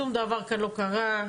שום דבר כאן לא קרה.